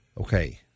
Okay